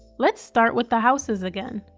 let's start with the houses again.